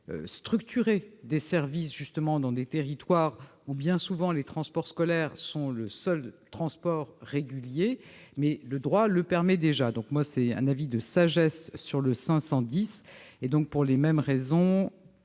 structurer des services dans des territoires où, bien souvent, les transports scolaires sont le seul transport régulier ; mais le droit le permet déjà. J'émets donc un avis de sagesse sur l'amendement n° 510. Pour les mêmes raisons,